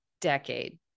decade